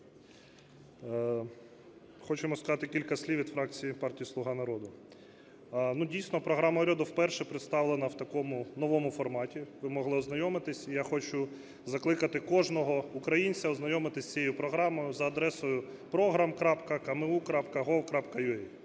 Хочемо сказати кілька слів від фракції партії "Слуга народу". Ну, дійсно, програма уряду вперше представлена в такому новому форматі. Ви могли ознайомитися, і я хочу закликати кожного українця ознайомитися з цією програмою за адресою program.kmu.gov.ua.